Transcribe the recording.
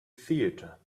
theatre